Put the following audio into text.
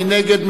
מי נגד?